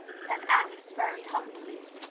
said alice very humbly,